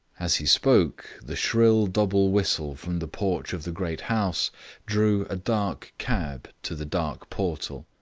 as he spoke the shrill double whistle from the porch of the great house drew a dark cab to the dark portal.